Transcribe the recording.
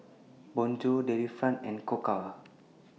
Bonjour Delifrance and Koka